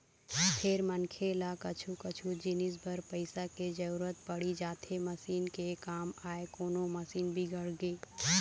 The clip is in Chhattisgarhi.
फेर मनखे ल कछु कछु जिनिस बर पइसा के जरुरत पड़ी जाथे मसीन के काम आय कोनो मशीन बिगड़गे